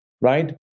right